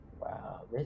Wow